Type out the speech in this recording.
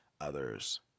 others